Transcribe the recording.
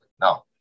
No